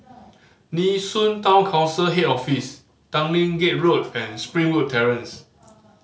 Nee Soon Town Council Head Office Tanglin Gate Road and Springwood Terrace